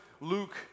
Luke